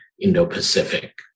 Indo-Pacific